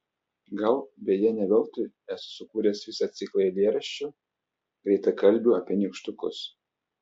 gal beje ne veltui esu sukūręs visą ciklą eilėraščių greitakalbių apie nykštukus